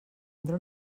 entre